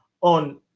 on